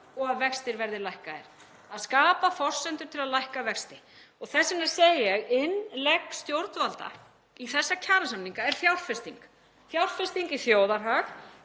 og að vextir verði lækkaðir, að skapa forsendur til að lækka vexti. Þess vegna segi ég: Innlegg stjórnvalda í þessa kjarasamninga er fjárfesting, fjárfesting í þjóðarhag.